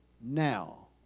now